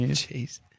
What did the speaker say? Jeez